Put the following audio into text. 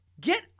Get